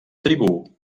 tribú